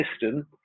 system